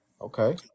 Okay